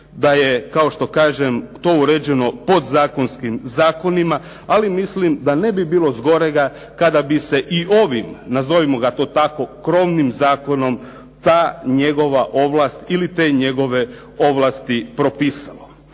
da je, kao što kažem to uređeno podzakonskim zakonima, ali mislim da ne bi bilo zgorega kada bi se i ovim, nazovimo ga to tako, krovnim zakonom ta njegova ovlast ili te njegove ovlasti propisalo.